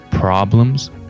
Problems